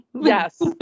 Yes